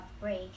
break